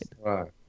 Right